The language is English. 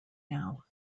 now